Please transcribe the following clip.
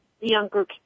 younger